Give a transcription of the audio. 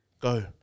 go